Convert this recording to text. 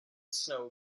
snow